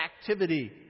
activity